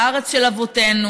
בארץ של אבותינו,